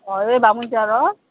অঁ এই বামুণঝাৰৰ